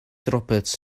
roberts